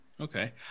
Okay